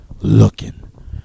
looking